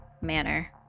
manner